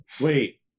Wait